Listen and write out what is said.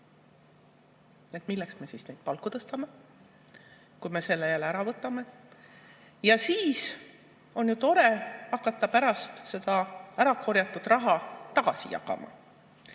Milleks me siis neid palku tõstame, kui me selle raha jälle ära võtame? Siis on ju tore hakata pärast seda ära korjatud raha tagasi jagama.